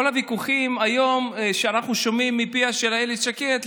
כל הוויכוחים שאנחנו שומעים היום מפיה של איילת שקד,